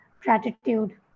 gratitude